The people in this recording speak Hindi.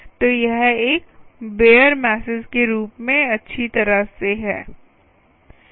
तो यह एक बेअर मैसेज के रूप में अच्छी तरह से है